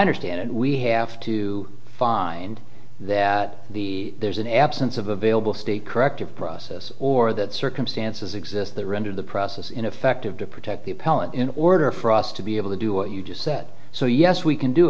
understand it we have to find that there's an absence of available state corrective process or that circumstances exist that render the process ineffective to protect the appellant in order for us to be able to do what you just said so yes we can do